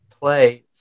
Play